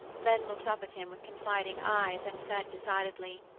then looked up at him with confiding eyes and said decidedly,